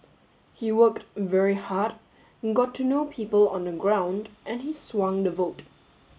he worked very hard got to know people on the ground and he swung the vote